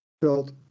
built